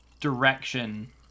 direction